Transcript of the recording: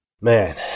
man